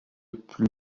plus